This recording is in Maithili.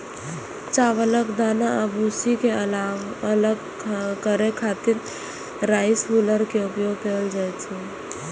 चावलक दाना आ भूसी कें अलग करै खातिर राइस हुल्लर के उपयोग कैल जाइ छै